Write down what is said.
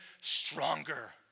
stronger